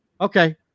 Okay